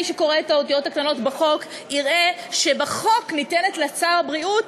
מי שקורא את האותיות הקטנות בחוק יראה שבחוק ניתנת לשר הבריאות